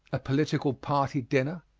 a political party dinner.